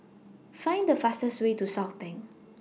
Find The fastest Way to Southbank